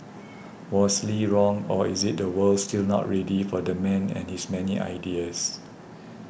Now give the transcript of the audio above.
was Lee wrong or is the world still not ready for the man and his many ideas